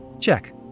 Check